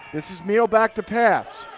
this is meehl back to pass